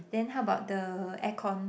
then how about the air con